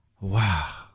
Wow